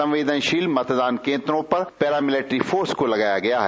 संवेदनशील मतदान केंद्रों पर पैरामिलिट्री फोर्स को लगाया गया है